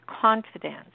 confidence